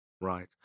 Right